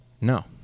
No